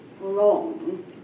wrong